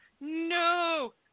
no